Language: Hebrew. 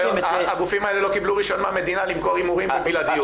--- הגופים האלה לא קיבלו רישיון מהמדינה למכור הימורים בבלעדיות.